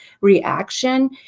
reaction